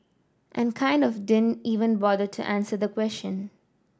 and kind of didn't even bother to answer the question